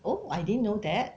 oh I didn't know that